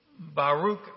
Baruch